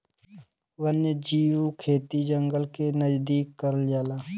वन्यजीव खेती जंगल के नजदीक करल जाला